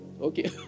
Okay